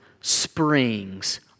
springs